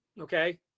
okay